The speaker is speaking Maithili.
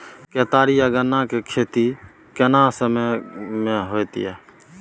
केतारी आ गन्ना के खेती केना समय में होयत या?